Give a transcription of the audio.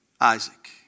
Isaac